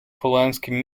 pulaski